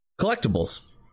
collectibles